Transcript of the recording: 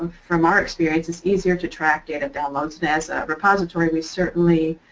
from our experience it's easier to track data downloads and as a repository we certainly